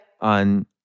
on